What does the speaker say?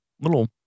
Little